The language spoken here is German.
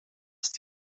ist